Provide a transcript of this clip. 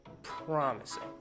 Promising